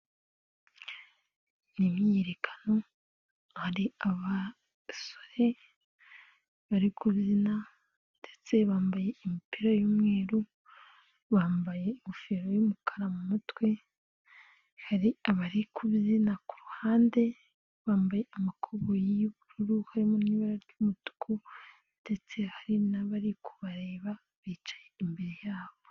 Ni imyiyerekano hari abasore bari kubyina ndetse bambaye imipira y'umweru, bambaye ingofero y'umukara mu mutwe, hari abari kub ku ruhande bambaye amakoboyi y'ubururu harimo n'ibara ry'umutuku, ndetse hari n'abari kubareba bicaye imbere yabo.